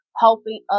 helping